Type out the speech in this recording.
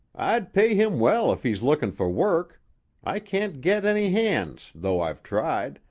i'd pay him well if he's looking for work i can't get any hands, though i've tried,